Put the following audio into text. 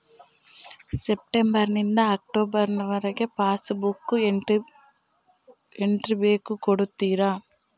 September ನಿಂದ October ವರಗೆ pass book entry ಬೇಕು ಕೊಡುತ್ತೀರಾ?